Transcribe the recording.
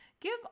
Give